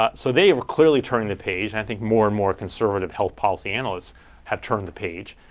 ah so they were clearly turning the page, and i think more and more conservative health policy analysts have turned the page.